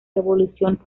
revolución